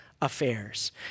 affairs